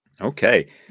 Okay